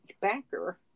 backer